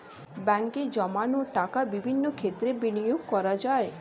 ব্যাঙ্কে জমানো টাকা বিভিন্ন ক্ষেত্রে বিনিয়োগ করা যায়